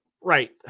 Right